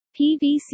PVC